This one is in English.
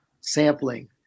sampling